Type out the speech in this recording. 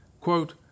quote